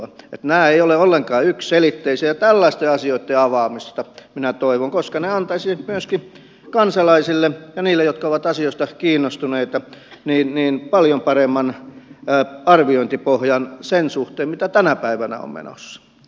että nämä eivät ole ollenkaan yksiselitteisiä ja tällaisten asioitten avaamista minä toivon koska se antaisi myöskin kansalaisille ja niille jotka ovat asioista kiinnostuneita paljon paremman arviointipohjan sen suhteen mitä tänä päivänä on menossa